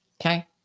Okay